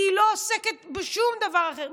כי היא לא עוסקת בשום דבר אחר.